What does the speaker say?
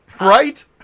Right